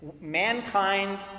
Mankind